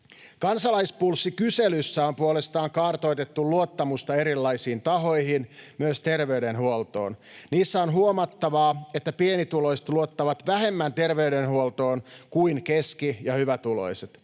Kansalaispulssi-kyselyissä on puolestaan kartoitettu luottamusta erilaisiin tahoihin, myös terveydenhuoltoon. Niissä on huomattavaa, että pienituloiset luottavat vähemmän terveydenhuoltoon kuin keski- ja hyvätuloiset.